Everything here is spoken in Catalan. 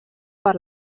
per